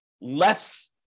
less